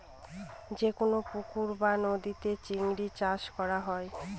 যেকোনো পুকুর বা নদীতে চিংড়ি চাষ করা হয়